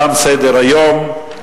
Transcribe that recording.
תם סדר-היום.